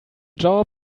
job